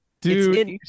Dude